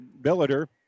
Billiter